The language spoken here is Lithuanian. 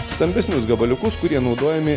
stambesnius gabaliukus kurie naudojami